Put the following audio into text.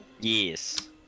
Yes